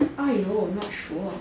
!aiyo! not sure